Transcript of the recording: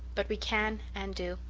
but we can and do.